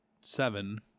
seven